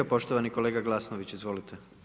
Poštovani kolega Glasnović, izvolite.